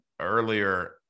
earlier